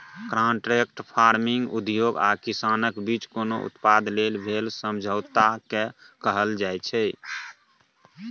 contract farming उद्योग आ किसानक बीच कोनो उत्पाद लेल भेल समझौताकेँ कहल जाइ छै